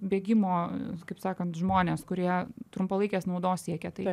bėgimo kaip sakant žmonės kurie trumpalaikės naudos siekia tai